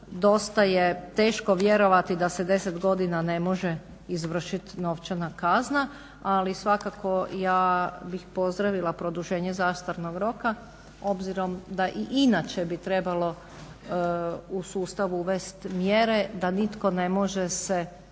Dosta je teško vjerovati da se 10 godina ne može izvršiti novčana kazna. Ali svakako ja bih pozdravila produženje zastarnog roka obzirom da i inače bi trebalo u sustav uvest mjere da nitko ne može se